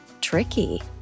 tricky